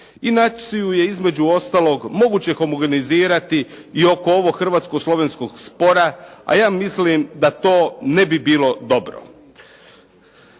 i … između ostalog moguće homogenizirati i oko ovog Hrvatsko-Slovenskog spora, a ja mislim da to ne bi bilo dobro.